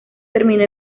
terminó